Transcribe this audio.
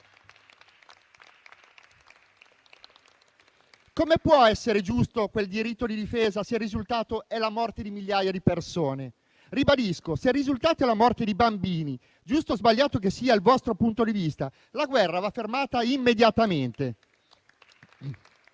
Come può essere giusto quel diritto di difesa se il risultato è la morte di migliaia di persone? Ribadisco: se il risultato è la morte di bambini, giusto o sbagliato che sia il vostro punto di vista, la guerra va fermata immediatamente.